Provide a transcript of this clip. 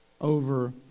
over